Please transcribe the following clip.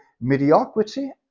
mediocrity